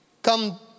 come